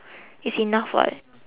it's enough [what]